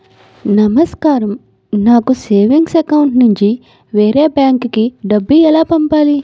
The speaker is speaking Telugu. నమస్కారం నాకు సేవింగ్స్ అకౌంట్ నుంచి వేరే బ్యాంక్ కి డబ్బు ఎలా పంపాలి?